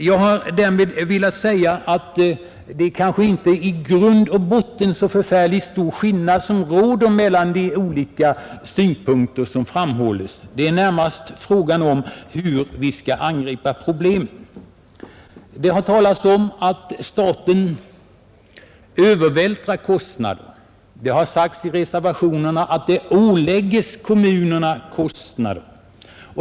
Jag har därmed velat säga att det kanske inte i grund och botten råder så stor skillnad mellan de olika synpunkter som har framförts; det är närmast fråga om hur vi skall angripa problemen. Man har talat om att staten ”övervältrar” kostnader och man har sagt i reservationerna att kostnader ”åläggs” kommunerna.